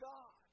God